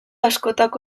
askotako